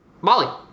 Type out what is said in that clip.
Molly